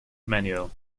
manuel